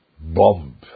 bomb